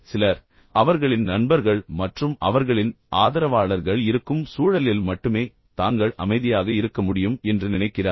சிலர் அவர்களின் நண்பர்கள் மற்றும் அவர்களின் ஆதரவாளர்கள் இருக்கும் சூழலில் மட்டுமே தாங்கள் அமைதியாக இருக்க முடியும் என்று நினைக்கிறார்கள்